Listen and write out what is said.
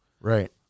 Right